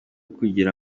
kugira